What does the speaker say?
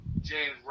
James